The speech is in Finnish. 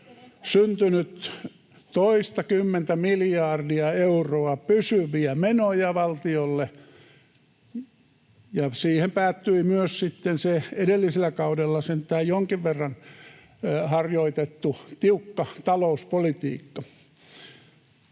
syntynyt toistakymmentä miljardia euroa pysyviä menoja valtiolle, ja siihen päättyi myös sitten se edellisellä kaudella sentään jonkin verran harjoitettu tiukka talouspolitiikka.